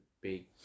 big